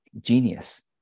genius